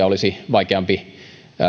olisi vaikeampi